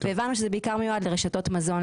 והבהרנו שזה מיועד בעיקר לרשתות מזון,